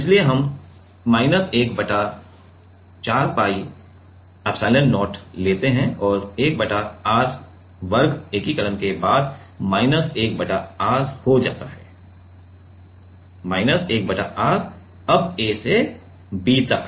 इसलिए हम माइनस 1 बटा 4 pi एप्सिलॉन0 लेते हैं और 1 बटा r वर्ग एकीकरण के बाद माइनस 1 बटा r हो जाता है माइनस 1 बटा r a से b तक